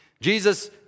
Jesus